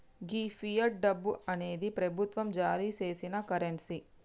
గీ fiat డబ్బు అనేది ప్రభుత్వం జారీ సేసిన కరెన్సీ